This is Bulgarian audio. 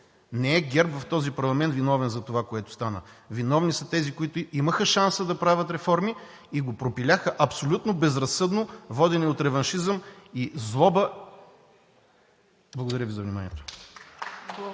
Не е ГЕРБ в този парламент виновен за това, което стана. Виновни са тези, които имаха шанса да правят реформи и го пропиляха абсолютно безразсъдно, водени от реваншизъм и злоба. Благодаря Ви за вниманието.